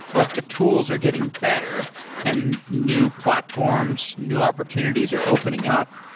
but the tools are getting better and new platforms, new opportunities are opening up.